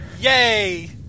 Yay